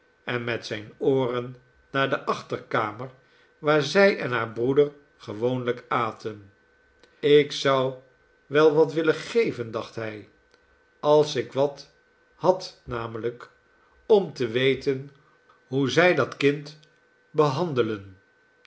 en met zijne ooren naar de achterkamer waar zij en haar broeder gewoonlijk aten ik zou wel wat willen geven dacht hij als ik wat had namelijk om te weten hoe zij dat kind behandelen